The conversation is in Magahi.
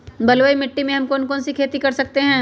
बलुई मिट्टी में हम कौन कौन सी खेती कर सकते हैँ?